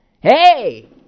Hey